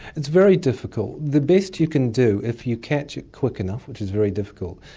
it's very difficult. the best you can do, if you catch it quick enough, which is very difficult,